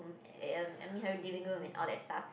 um I mean her living room and all that stuff